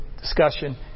discussion